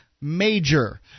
major